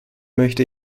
möchte